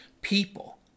People